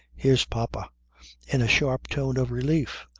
here's papa in a sharp tone of relief,